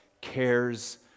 cares